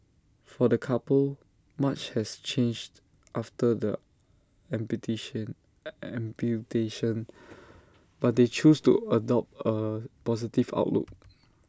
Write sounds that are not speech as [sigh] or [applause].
for the couple much has changed after the [unintelligible] amputation but they choose to adopt A positive outlook